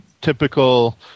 typical